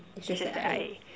it's just that I